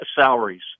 salaries